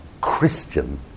Christian